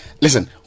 Listen